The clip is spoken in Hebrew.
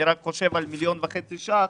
אני רק חושב על מיליון וחצי שקלים,